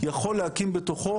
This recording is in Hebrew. יכול להקים בתוכו,